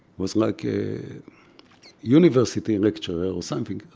was like a university lecturer or something